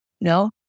No